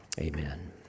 amen